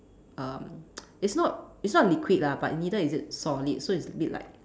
um it's not it's not liquid lah but neither is it solid so it's a bit like